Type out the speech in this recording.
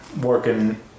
working